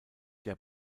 der